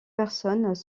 personnes